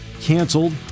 canceled